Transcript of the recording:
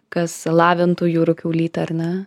kas lavintų jūrų kiaulytę ar ne